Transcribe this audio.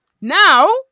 Now